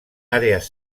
àrees